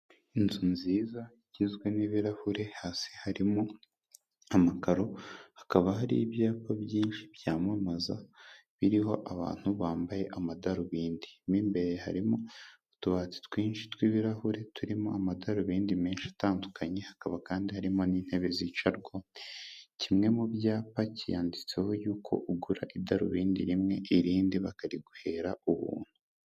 Inzu nziza igizwe n'ibirahuri, hasi harimo amakaro, hakaba hari ibyapa byinshi byamamaza biriho abantu bambaye amadarubindi, mo imbere harimo utubati twinshi tw'ibirahure turimo amadarubindi menshi atandukanye, hakaba kandi harimo n'intebe zicarwaho, kimwe mu byapa cyanditseho yuko ugura idarubindi rimwe irindi bakariguhera ubuntu.